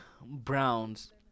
Browns